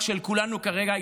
של כולנו כרגע,